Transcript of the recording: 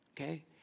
okay